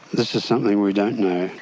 this is something we don't know.